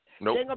Nope